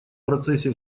процессе